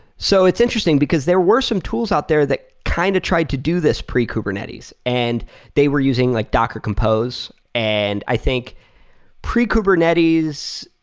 so it's interesting, because there were some tools out there that kind of tried to do this pre kubernetes, and they were using like docker compose. and i think pre kubernetes,